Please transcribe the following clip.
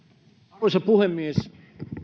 arvoisa puhemies